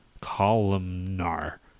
columnar